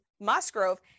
Musgrove